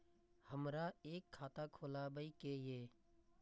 हमरा एक खाता खोलाबई के ये?